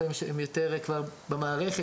ששם הם לפעמים כבר במערכת,